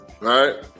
right